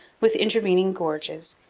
with intervening gorges,